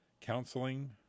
counseling